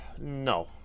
no